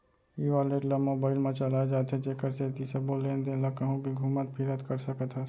ई wallet ल mobile म चलाए जाथे जेकर सेती सबो लेन देन ल कहूँ भी घुमत फिरत कर सकत हस